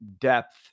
depth